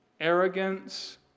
arrogance